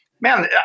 man